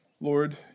Lord